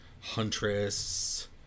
Huntress